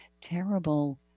terrible